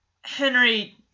Henry